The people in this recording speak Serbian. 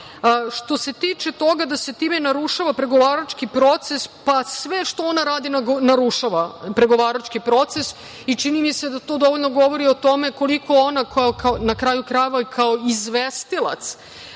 se tiče toga da se time narušava pregovarački proces. Pa, sve što ona radi narušava pregovarački proces i čini mi se da to dovoljno govori o tome koliko ona, na kraju krajeva, kao izvestilac